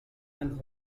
and